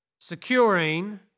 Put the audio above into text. securing